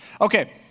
Okay